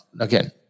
Again